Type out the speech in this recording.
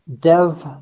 DEV